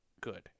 good